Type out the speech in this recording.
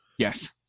yes